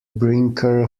brinker